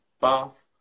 Bath